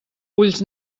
ulls